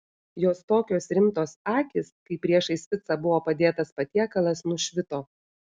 jos tokios rimtos akys kai priešais ficą buvo padėtas patiekalas nušvito